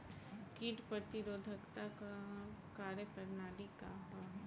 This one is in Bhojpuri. कीट प्रतिरोधकता क कार्य प्रणाली का ह?